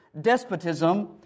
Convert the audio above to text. despotism